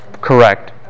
Correct